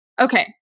Okay